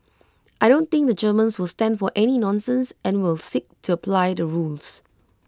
I don't think the Germans will stand for any nonsense and will seek to apply the rules